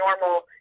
normal